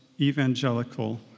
evangelical